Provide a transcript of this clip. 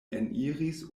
eniris